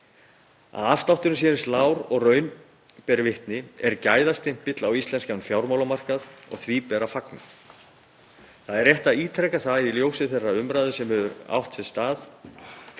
Að afslátturinn sé eins lágur og raun ber vitni er gæðastimpill á íslenskan fjármálamarkað og því ber að fagna. Það er rétt að ítreka það í ljósi þeirrar umræðu sem hefur átt sér stað